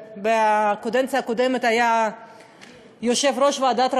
שבקדנציה הקודמת היה יושב-ראש ועדת העבודה